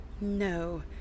No